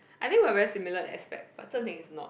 I think we are very similar in that aspect but Sen-Ting is not